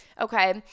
okay